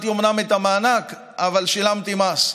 אומנם קיבלתי את המענק, אבל שילמתי מס.